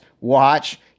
watch